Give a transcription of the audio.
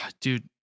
Dude